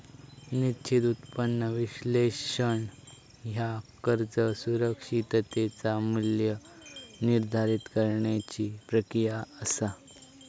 निश्चित उत्पन्न विश्लेषण ह्या कर्ज सुरक्षिततेचा मू्ल्य निर्धारित करण्याची प्रक्रिया असा